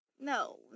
no